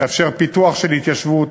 תאפשר פיתוח של התיישבות